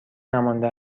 نمانده